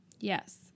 Yes